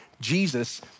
Jesus